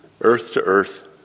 earth-to-earth